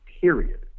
period